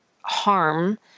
harm